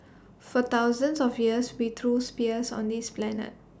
for thousands of years we threw spears on this planet